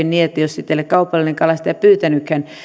niin jos sitä ei ole kaupallinen kalastaja pyytänytkään